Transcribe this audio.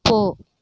போ